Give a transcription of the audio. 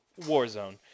Warzone